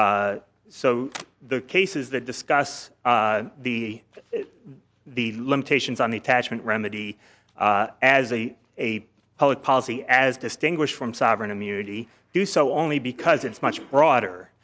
d so the cases that discuss the the limitations on the attachment remedy as a public policy as distinguished from sovereign immunity do so only because it's much broader